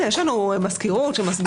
יש לנו מזכירות שמסבירה לחייבים.